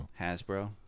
Hasbro